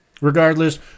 Regardless